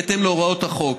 בהתאם להוראות החוק.